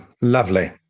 Lovely